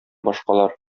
башкалар